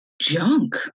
junk